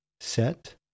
set